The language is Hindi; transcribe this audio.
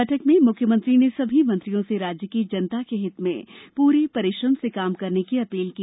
बैठक में मुख्यमंत्री ने सभी मंत्रियों से राज्य की जनता के हित में पूरे परिश्रम से काम करने की अपील की